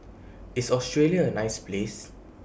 IS Australia A nice Place